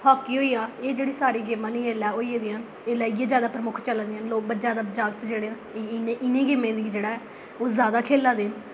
hockey होई आ एह् जेह्ड़ियां सारियां गेमां न इस बेल्लै होई दियां न इसलै इ'यै जैदा प्रमुख चला दियां न लोक जागत जेह्ड़े न इ'नें गेमें गी जेह्ड़ा ऐ ओह् जैदा खेढा दे न खेढदे बी हैन